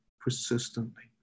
persistently